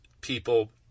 people